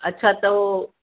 अच्छा त उहो